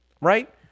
right